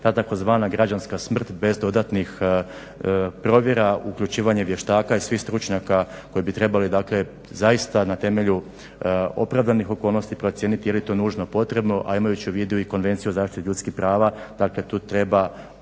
tzv. građanska smrt bez dodatnih provjera, uključivanje vještaka i svih stručnjaka koji bi trebali dakle zaista na temelju opravdanih okolnosti procijeniti je li to nužno potrebno a imajući u vidu i Konvenciju o zaštiti ljudskih prava. Dakle tu treba